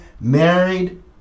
married